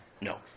No